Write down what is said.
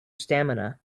stamina